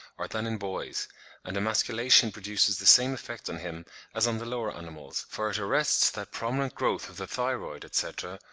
or than in boys and emasculation produces the same effect on him as on the lower animals, for it arrests that prominent growth of the thyroid, etc,